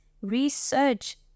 research